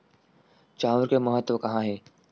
चांउर के महत्व कहां हे?